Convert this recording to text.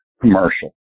commercial